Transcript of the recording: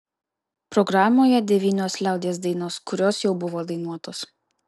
programoje devynios liaudies dainos kurios jau buvo dainuotos